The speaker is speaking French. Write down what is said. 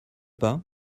pas